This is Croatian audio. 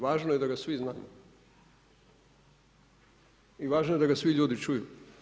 Važno je da ga svi znamo i važno je da ga svi ljudi čuju.